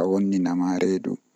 gera waya be larina am dume on wadi.